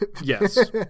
yes